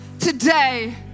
Today